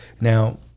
Now